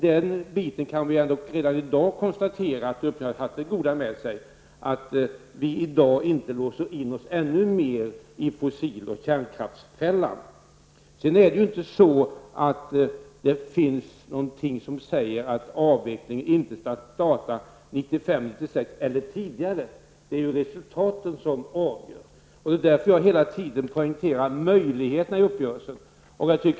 Men man kan redan i dag konstatera att detta hade det goda med sig att vi inte låser fast oss ännu mer i fossiloch kärnkraftsfällan. Det finns ju inte någonting som säger att avvecklingen inte kan starta 1995/96 eller tidigare, utan det är resultaten som avgör. Det är därför som jag hela tiden poängterar möjligheterna i uppgörelsen.